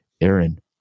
Aaron